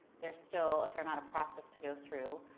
there's still a fair amount of process to go through